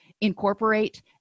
incorporate